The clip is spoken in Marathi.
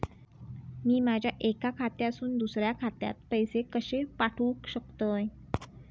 मी माझ्या एक्या खात्यासून दुसऱ्या खात्यात पैसे कशे पाठउक शकतय?